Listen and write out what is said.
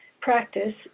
practice